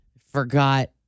forgot